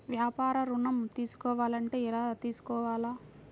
వ్యాపార ఋణం తీసుకోవాలంటే ఎలా తీసుకోవాలా?